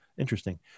Interesting